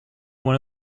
one